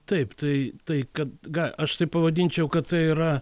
taip tai tai kad aš tai pavadinčiau kad tai yra